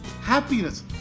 Happiness